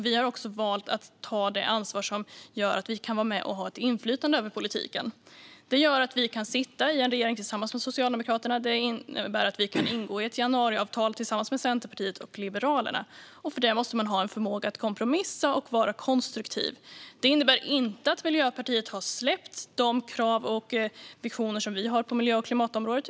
Vi har också valt att ta det ansvar som gör att vi kan vara med och ha ett inflytande över politiken. Det gör att vi kan sitta i en regering tillsammans med Socialdemokraterna. Det innebär att vi kan ingå ett januariavtal tillsammans med Centerpartiet och Liberalerna. För det måste man ha en förmåga att kompromissa och vara konstruktiv. Det innebär inte att Miljöpartiet har släppt de krav och visioner som vi har på miljö och klimatområdet.